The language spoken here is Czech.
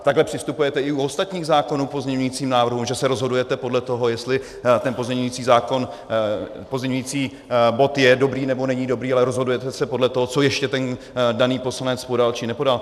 Takhle přistupujete i u ostatních zákonů k pozměňujícím návrhům, že se rozhodujete podle toho, jestli ten pozměňující bod je dobrý nebo není dobrý, ale rozhodujete se podle toho, co ještě ten daný poslanec podal či nepodal?